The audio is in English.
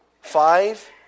Five